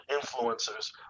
influencers